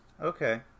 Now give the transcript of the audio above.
okay